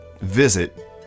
visit